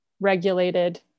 regulated